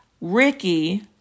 Ricky